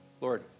Lord